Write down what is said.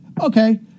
Okay